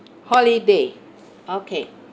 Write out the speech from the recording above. holiday okay